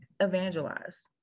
evangelize